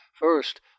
First